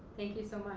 thank you so much.